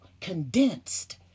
condensed